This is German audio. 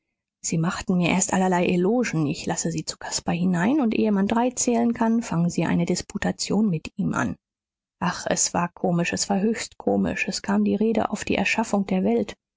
sie machten mir erst allerlei elogen ich lasse sie zu caspar hinein und ehe man drei zählen kann fangen sie eine disputation mit ihm an ach es war komisch es war höchst komisch es kam die rede auf die erschaffung der welt